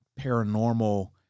paranormal